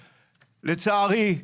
לצערי,